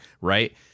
right